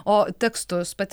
o tekstus pati